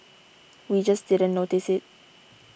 we just didn't notice it